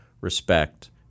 respect